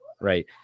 right